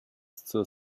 zur